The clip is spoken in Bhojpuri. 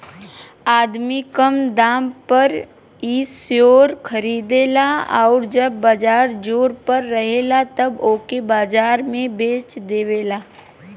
आदमी कम दाम पर इ शेअर खरीदेला आउर जब बाजार जोर पर रहेला तब ओके बाजार में बेच देवेला